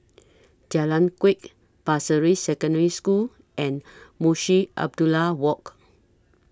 Jalan Kuak Pasir Ris Secondary School and Munshi Abdullah Walk